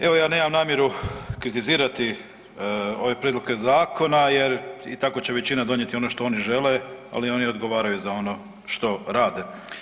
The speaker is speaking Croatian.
Evo ja nemam namjeru kritizirati ove prijedloge zakona jer i tako će većina donijeti ono što oni žele, ali oni odgovaraju za ono što rade.